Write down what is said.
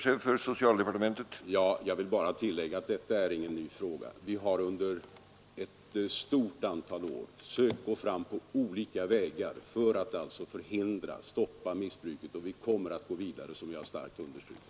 Herr talman! Jag vill bara tillägga att det inte är någon ny fråga. Vi har under ett stort antal år sökt gå fram på olika vägar för att stoppa missbruket, och vi kommer att gå vidare, som jag starkt understrukit.